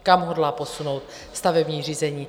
Kam hodlá posunout stavební řízení?